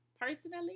personally